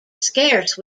scarce